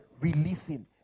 releasing